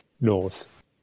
north